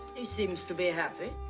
he seems to be happy.